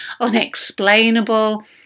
unexplainable